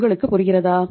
உங்களுக்கு புரிகிறதா